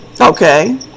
Okay